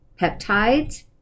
peptides